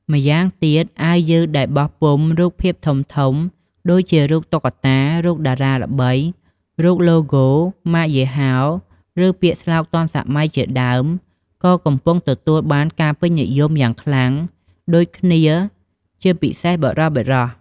ម្យ៉ាងទៀត អាវយឺតដែលបោះពុម្ពរូបភាពធំៗដូចជារូបតុក្កតា រូបតារាល្បី រូបឡូហ្គោម៉ាកយីហោ ឬពាក្យស្លោកទាន់សម័យជាដើម ក៏កំពុងតែទទួលបានការពេញនិយមយ៉ាងខ្លាំងដូចគ្នាជាពិសេសបុរសៗ។